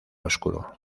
oscuro